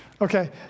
Okay